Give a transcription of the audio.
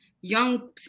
young